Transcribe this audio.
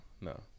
No